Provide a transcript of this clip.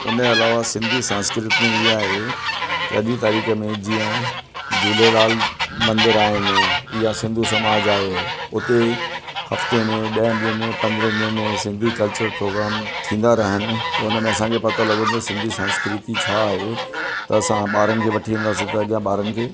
उन जे अलावा सिंधी संस्कृत में इहा आहे त अॼु जी तारीख़ में जीअं झूलेलाल मंदर आहिनि या सिंधु समाज आहे उते हफ्ते में ॾह ॾींहंनि में पंद्रहं ॾींहंनि में सिंधी कल्चर प्रोग्राम थींदा रहनि त उनमें असांखे पतो लॻंदो आहे त सिंधी संस्कृति छा आहे त असाअं ॿारनि खे वठी वेंदा त ॿारन खे